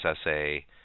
essay